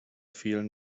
vielen